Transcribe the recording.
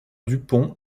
dupont